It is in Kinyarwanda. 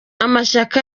amashyaka